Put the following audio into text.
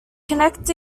connect